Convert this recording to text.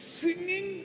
singing